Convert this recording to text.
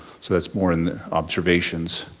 so that's more in the observations.